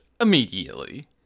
immediately